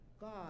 God